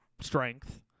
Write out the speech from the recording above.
strength